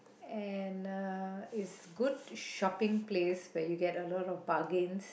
and uh it's good shopping place where you get a lot of bargains